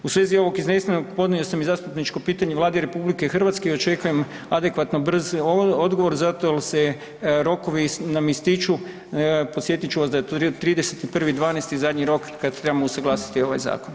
U svezi ovog iznesenog, podnio sam i zastupničko pitanje Vladi RH i očekujem adekvatno brz odgovor, zato jer se rokovi nam ističu, podsjetit ću vas da je 31.12. zadnji rok kad treba usuglasiti ovaj zakon.